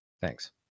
Thanks